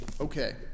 Okay